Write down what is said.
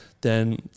then-